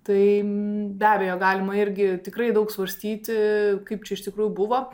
tai be abejo galima irgi tikrai daug svarstyti kaip čia iš tikrųjų buvo